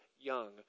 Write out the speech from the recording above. young